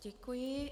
Děkuji.